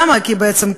למה בעצם?